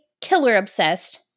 killer-obsessed